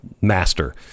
master